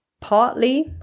partly